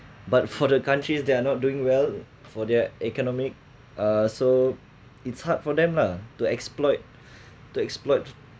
but for the countries that are not doing well for their economic uh so it's hard for them lah to exploit to exploit